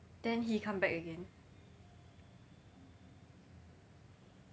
then he come back again